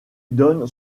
donne